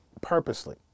purposely